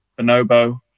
Bonobo